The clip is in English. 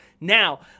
Now